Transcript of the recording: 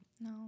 No